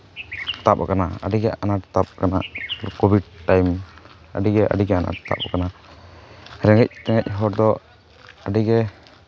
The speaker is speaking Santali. ᱛᱟᱵ ᱟᱠᱟᱱᱟ ᱟᱹᱰᱤᱜᱮ ᱟᱱᱟᱴ ᱛᱟᱵ ᱠᱟᱱᱟ ᱠᱳᱵᱷᱤᱰ ᱴᱟᱭᱤᱢ ᱟᱹᱰᱤᱜᱮ ᱟᱹᱰᱤᱜᱟᱱ ᱟᱱᱟᱴ ᱛᱟᱵ ᱠᱟᱱᱟ ᱨᱮᱸᱜᱮᱡ ᱛᱮᱸᱜᱮᱡ ᱦᱚᱲ ᱫᱚ ᱟᱹᱰᱤᱜᱮ